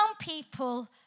people